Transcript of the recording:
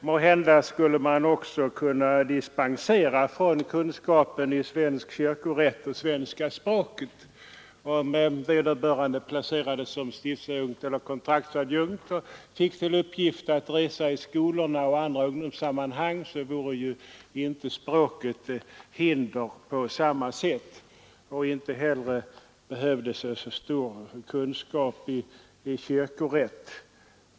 Måhända skulle man också kunna dispensera från kravet på kunskaper i svensk kyrkorätt och svenska språket. Om vederbörande placerades som stiftsadjunkt eller kontraktsadjunkt och fick till uppgift att besöka skolor och andra ungdomssam från u-land att upprätthålla avlönad prästtjänst inom svenska kyrkan mankomster vore ju inte språket ett hinder. Inte heller behövdes väl så stor kunskap i kyrkorätt.